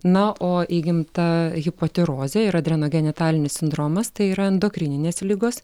na o įgimta hipotirozė ir adrenogenitalinis sindromas tai yra endokrininės ligos